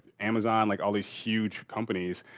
amazon, like all these huge companies.